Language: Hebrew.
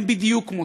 הם בדיוק כמותו.